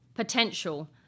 Potential